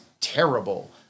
terrible